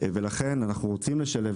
ולכן אנחנו רוצים לשלב,